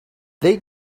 they